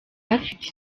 afite